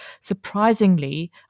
surprisingly